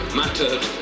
mattered